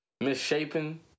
misshapen